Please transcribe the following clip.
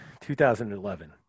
2011